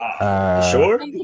Sure